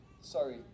Sorry